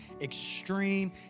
extreme